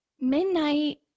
Midnight